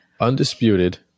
undisputed